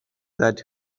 that